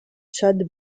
chad